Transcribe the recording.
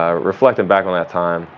ah reflecting back on that time,